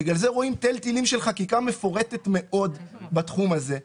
בגלל זה רואים תל תילים של חקיקה מפורטת מאוד בתחום הזה.